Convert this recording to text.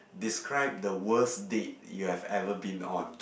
describe the worst date you have ever been on